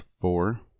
four